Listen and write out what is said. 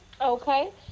okay